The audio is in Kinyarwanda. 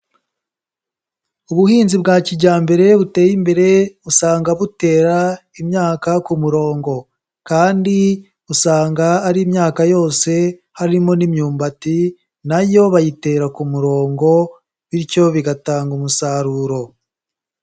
Ubuhinzi bwa kijyambere buteye imbere, usanga butera imyaka ku murongo kandi usanga ari imyaka yose, harimo n'imyumbati na yo bayitera ku murongo bityo bigatanga umusaruro.